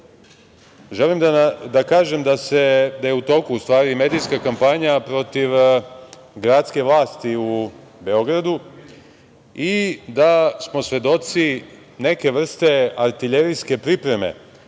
želim da kažem da je u toku u stvari medijska kampanja protiv gradske vlasti u Beogradu i da smo svedoci neke vrste artiljerijske pripreme